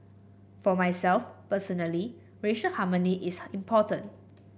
for myself personally racial harmony is important